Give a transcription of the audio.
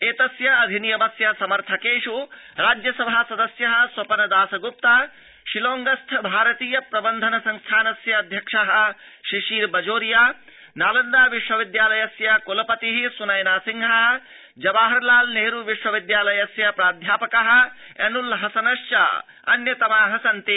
एतस्याधिनियमस्य समर्थकेष् राज्यसभासदस्य स्वपन दासग्प्ता शिलौंगस्थ भारतीय प्रबन्धन संस्थानस्य अध्यक्ष शिशिर बजोरिया नालन्दा विश्वविद्यालयस्य क्लपति सुनयना सिंह जवाहरलाल नेहरू विश्वविद्यालयस्य प्राध्यापक ऐनृल हसनश्च अन्यतमा सन्ति